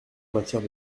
matière